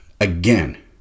Again